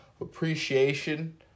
appreciation